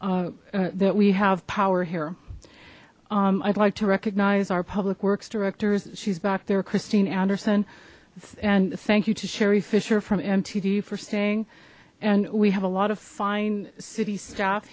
that we have power here i'd like to recognize our public works directors she's back there christine anderson and thank you to sherry fisher from mtd for staying and we have a lot of fine city st